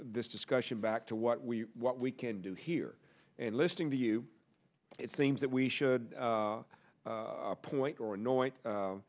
this discussion back to what we what we can do here and listening to you it seems that we should point or